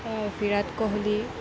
Virat Kohli